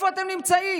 איפה אתם נמצאים?